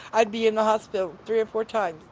i'd be in the hospital three or four times.